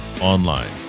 online